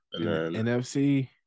NFC